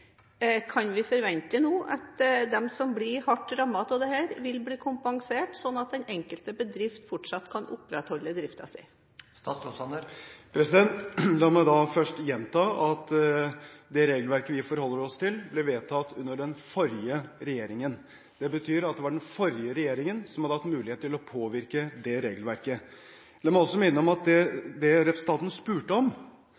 Kan vi forvente at de som blir hardt rammet av dette, vil bli kompensert, sånn at den enkelte bedrift fortsatt kan opprettholde sin drift? La meg først gjenta at det regelverket vi forholder oss til, ble vedtatt under den forrige regjeringen. Det betyr at det var den forrige regjeringen som hadde hatt mulighet til å påvirke dette regelverket. La meg også minne om at